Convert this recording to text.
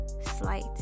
Slight